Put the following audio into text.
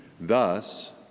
Thus